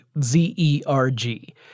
Z-E-R-G